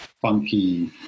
funky